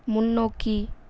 முன்னோக்கி